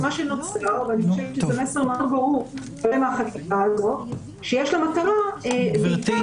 -- זה מסר מאוד ברור שיש מטרה --- גברתי,